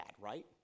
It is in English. right